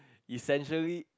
essentially